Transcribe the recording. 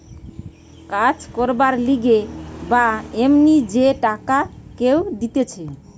কাজ করবার লিগে বা এমনি যে টাকা কেউ দিতেছে